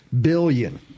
billion